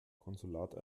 konsulat